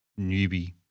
newbie